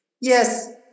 Yes